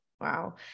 wow